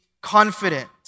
confident